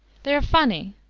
they are funny,